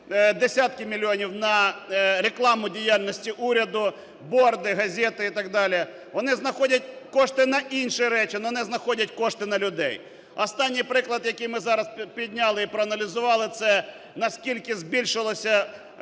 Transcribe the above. десятки мільйонів на рекламу діяльності уряду (борди, газети і так далі), вони знаходять кошти на інші речі, але не знаходять кошти на людей. Останній приклад, який ми зараз підняли і проаналізували, – це наскільки збільшилися кошти